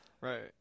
Right